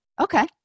Okay